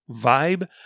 vibe